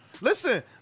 listen